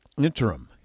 interim